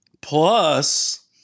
Plus